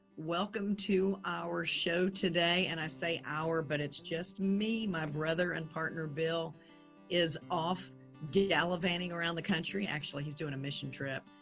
welcome to our show today. and i say our, but it's just me, my brother and partner bill is off gallivanting around the country. actually, he's doing a mission trip.